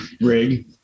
rig